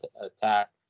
attack